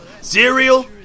Cereal